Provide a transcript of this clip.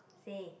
say